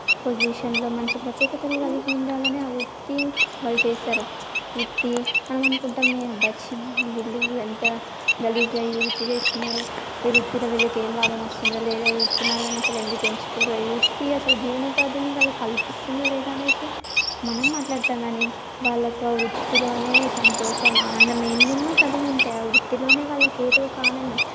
పొజిషన్లో మంచి ప్రత్యేకతలు కలిగి ఉండాలని ఆ వృత్తి వాళ్ళు చేస్తారు వృత్తి మనం అనుకుంటాం అబ్బా ఛీ వీళ్లు ఇంత గలీజై ఈ వృత్తి చేస్తున్నారు చేస్తున్నారు ఈ వృత్తిలో వీళ్ళకి ఏం లాభం వస్తుందా లేదా ఈ వృత్తి మార్గాన అసలు ఎందుకు ఎంచుకున్నారు ఈ వృత్తి అసలు జీవనోపాధిని వాళ్లకు కల్పిస్తుందా లేదా అనేసి మనం మాట్లాడుతాం కానీ వాళ్ల వాళ్లకు వృత్తిలోనే సంతోషం ఆనందం ఎన్నెన్నో కలిగి ఉంటాయి ఆ వృత్తిలోనే వాళ్లకి ఏదో ఒక ఆనందం